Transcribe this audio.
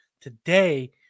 Today